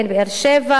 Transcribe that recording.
לבין באר-שבע,